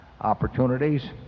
opportunities